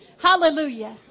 Hallelujah